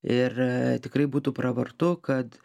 ir tikrai būtų pravartu kad